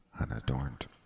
unadorned